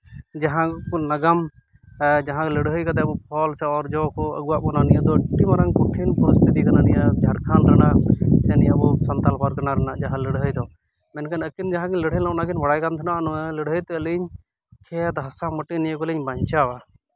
ᱡᱟᱦᱟᱸ ᱠᱚ ᱱᱟᱜᱟᱢ ᱡᱟᱦᱟᱸ ᱞᱟᱹᱲᱦᱟᱹᱭ ᱠᱟᱛᱮ ᱟᱵᱚ ᱯᱷᱚᱞ ᱥᱮ ᱚᱨᱡᱚ ᱠᱚ ᱟᱹᱜᱩᱣᱟᱜ ᱵᱚᱱᱟ ᱱᱤᱭᱟᱹ ᱫᱚ ᱟᱹᱰᱤ ᱢᱟᱨᱟᱝ ᱠᱚᱴᱷᱤᱱ ᱯᱚᱨᱤᱥᱛᱷᱤᱛᱤ ᱠᱟᱱᱟ ᱱᱤᱭᱟᱹ ᱡᱷᱟᱲᱠᱷᱚᱸᱰ ᱨᱮᱱᱟᱜ ᱥᱮ ᱱᱤᱭᱟᱹ ᱟᱵᱚ ᱥᱟᱱᱛᱟᱞ ᱯᱟᱨᱜᱟᱱᱟ ᱨᱮᱱᱟᱜ ᱡᱟᱦᱟᱸ ᱞᱟᱹᱲᱦᱟᱹᱭ ᱫᱚ ᱢᱮᱱᱠᱷᱟᱱ ᱟᱹᱠᱤᱱ ᱡᱟᱦᱟᱸ ᱠᱤᱱ ᱞᱟᱹᱲᱦᱟᱹᱭ ᱞᱮᱜᱼᱟ ᱚᱱᱟ ᱠᱤᱱ ᱵᱟᱲᱟᱭ ᱠᱟᱱ ᱛᱟᱦᱮᱱᱟ ᱱᱚᱣᱟ ᱞᱟᱹᱲᱦᱟᱹᱭ ᱛᱮ ᱟᱹᱞᱤᱧ ᱠᱷᱮᱛ ᱦᱟᱥᱟ ᱢᱟᱹᱴᱤ ᱱᱤᱭᱟᱹ ᱠᱚᱞᱤᱧ ᱵᱟᱧᱪᱟᱣᱟ